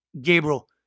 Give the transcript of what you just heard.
Gabriel